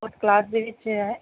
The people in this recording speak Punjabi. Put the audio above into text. ਫਸਟ ਕਲਾਸ ਦੇ ਵਿੱਚ ਹੈ